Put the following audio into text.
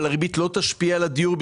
אבל הריבית לא תשפיע על הדיור,